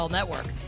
Network